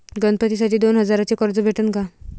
गणपतीसाठी दोन हजाराचे कर्ज भेटन का?